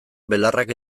belarrak